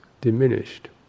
diminished